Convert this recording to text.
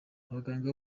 abaganga